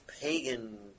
pagan